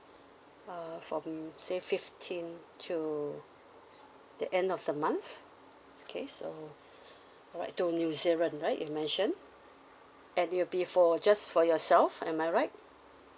uh from say fifteenth to the end of the month okay so alright to new zealand right you mentioned and it will be for just for yourself am I right